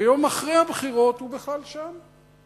ויום אחרי הבחירות, הוא בכלל שם.